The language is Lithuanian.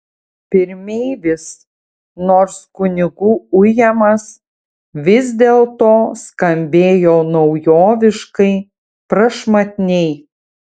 pirmeivis nors kunigų ujamas vis dėlto skambėjo naujoviškai prašmatniai